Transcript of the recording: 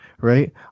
right